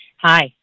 Hi